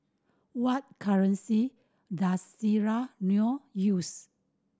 what currency does Sierra Leone use